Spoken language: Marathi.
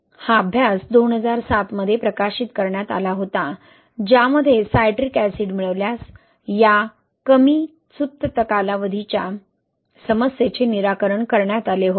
हा अभ्यास 2007 मध्ये प्रकाशित करण्यात आला होता ज्यामध्ये सायट्रिक ऍसिड मिळवल्यास या कमी सुप्त कालावधीच्या समस्येचे निराकरण करण्यात आले होते